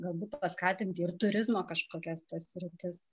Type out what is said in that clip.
galbūt paskatinti ir turizmo kažkokias ta sritis